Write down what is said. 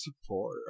support